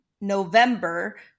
November